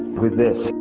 with this